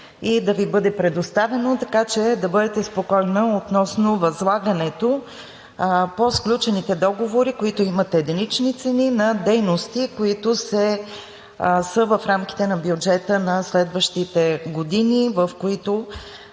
и да Ви бъде предоставено, така че да бъдете спокойна относно възлагането по сключените договори, които имат единични цени на дейности, които са в рамките на бюджета на следващите години, в които